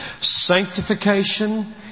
Sanctification